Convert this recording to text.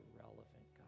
relevant